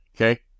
Okay